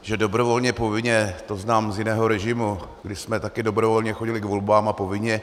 Že dobrovolně povinně, to znám z jiného režimu, kdy jsme také dobrovolně chodili k volbám a povinně.